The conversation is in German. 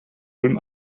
ulm